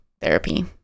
therapy